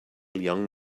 young